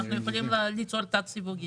אנחנו יכולים ליצור תת סיווגים,